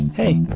Hey